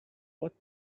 what